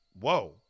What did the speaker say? whoa